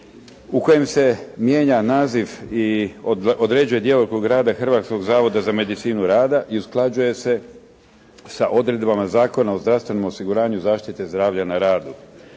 u kojem se mijenja naziv i određuje djelokrug rada Hrvatskog zavoda za medicinu rada i usklađuje se sa odredbama Zakona o zdravstvenom osiguranju zaštite zdravlja na radu.